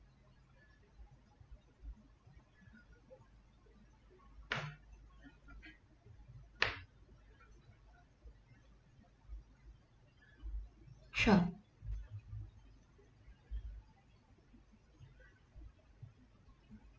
sure